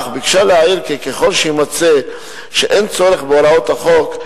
אך ביקשה להעיר כי ככל שיימצא שאין צורך בהוראות החוק,